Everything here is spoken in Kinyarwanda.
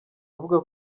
avuga